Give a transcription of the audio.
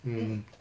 mm